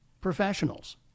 professionals